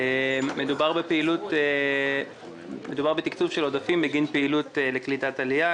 מדובר בתקצוב של עודפים בגין פעילות לקליטת עלייה,